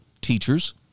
teachers